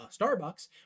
Starbucks